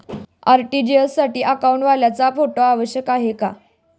RTGS साठी अकाउंटवाल्याचा photo आवश्यक आहे का?